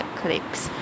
clips